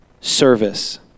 service